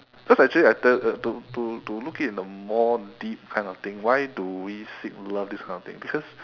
cause I actually I tell you to to to look it in a more deep kind of thing why do we seek love this kind of thing because